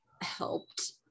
helped